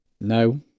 No